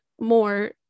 more